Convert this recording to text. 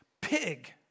pig